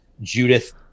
Judith